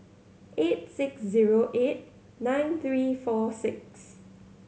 eight six zero eight nine three four six